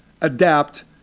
adapt